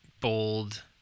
bold